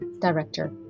director